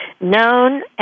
known